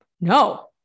No